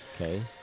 Okay